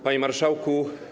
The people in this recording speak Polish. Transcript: Panie Marszałku!